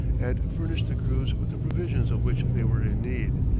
and furnished the crews with the provisions of which they were in need,